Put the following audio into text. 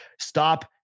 stop